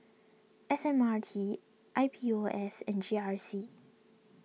S M R T I P O S and G R C